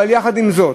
אבל יחד עם זאת,